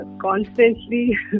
constantly